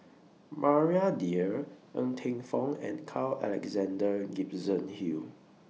Maria Dyer Ng Teng Fong and Carl Alexander Gibson Hill